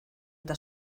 eta